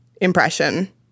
impression